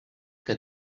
que